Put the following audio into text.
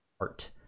art